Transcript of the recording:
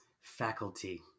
faculty